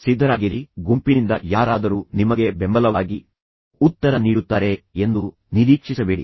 ಸಿದ್ಧರಾಗಿರಿ ಗುಂಪಿನಿಂದ ಯಾರಾದರೂ ನಿಮಗೆ ಬೆಂಬಲವಾಗಿ ಉತ್ತರ ನೀಡುತ್ತಾರೆ ಎಂದು ನಿರೀಕ್ಷಿಸಬೇಡಿ